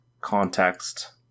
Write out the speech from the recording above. context